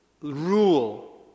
rule